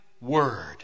word